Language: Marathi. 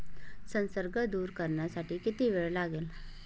संसर्ग दूर करण्यासाठी किती वेळ लागेल?